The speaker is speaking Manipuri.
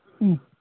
ꯎꯝ